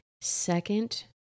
Second